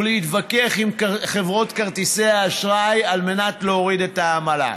ולהתווכח עם חברות כרטיסי האשראי על מנת להוריד את העמלה.